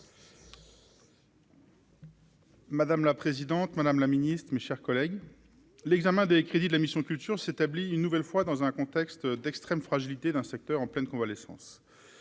Madame la présidente, Madame la Ministre, mes chers collègues, l'examen des crédits de la mission Culture s'établit une nouvelle fois dans un contexte d'extrême fragilité d'un secteur en pleine convalescence